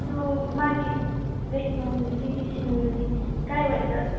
ꯑꯗꯨ ꯃꯥꯒꯤ ꯕ꯭ꯔꯦꯛ ꯅꯨꯡꯁꯤ ꯁꯤꯟꯕꯁꯤ ꯀꯗꯥꯏ ꯋꯥꯏꯗ